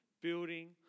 building